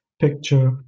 picture